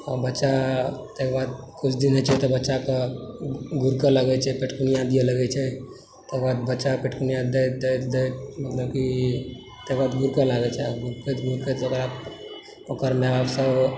आओर बच्चा ताहिके बाद कुछ दिन होइत छै तऽ बच्चाकऽ गुड़कय लगय छै पेटकुनिया दिअ लगय छै तेकर बाद बच्चा पेटकुनिया दैत दैत मतलब कि तेकर बाद गुड़कय लागय छै गुड़कैत गुड़कैत ओकरा ओकर माय बापसभ